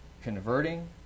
converting